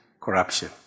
corruption